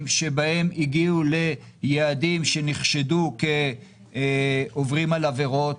שהגיעו ליעדים שנחשדו כעוברים על עבירות.